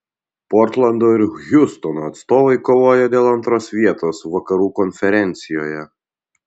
portlando ir hjustono atstovai kovoja dėl antros vietos vakarų konferencijoje